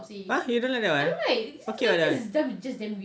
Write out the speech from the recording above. !huh! you don't like that [one]